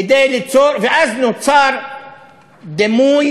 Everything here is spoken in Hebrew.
ואז נוצר דימוי